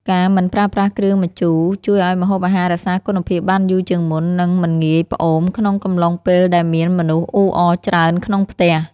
ការមិនប្រើប្រាស់គ្រឿងម្ជូរជួយឱ្យម្ហូបអាហាររក្សាគុណភាពបានយូរជាងមុន និងមិនងាយផ្អូមក្នុងកំឡុងពេលដែលមានមនុស្សអ៊ូអរច្រើនក្នុងផ្ទះ។